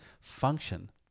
function